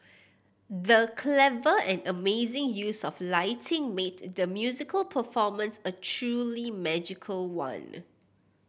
the clever and amazing use of lighting made the musical performance a truly magical one